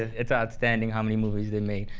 it's outstanding how many movies they make.